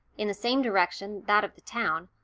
in the same direction, that of the town,